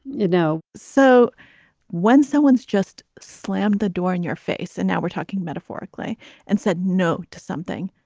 you know, so when someone's just slammed the door in your face and now we're talking metaphorically and said no to something,